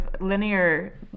linear